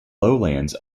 lowlands